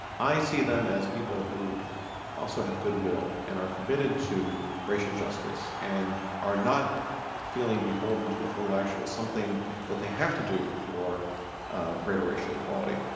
i see them as people who also have goodwill and are committed to racial justice and are not feeling beholden to affirmative action as something that they have to do for greater racial equality.